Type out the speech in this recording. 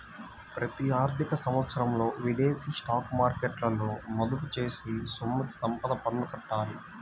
ప్రతి ఆర్థిక సంవత్సరంలో విదేశీ స్టాక్ మార్కెట్లలో మదుపు చేసిన సొమ్ముకి సంపద పన్ను కట్టాలి